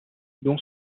dont